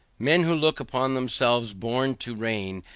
men who look upon themselves born to reign,